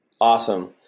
Awesome